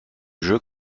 jeu